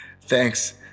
Thanks